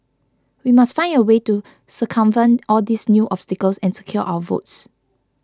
we must find a way to circumvent all these new obstacles and secure our votes